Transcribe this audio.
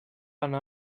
anar